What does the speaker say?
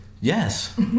Yes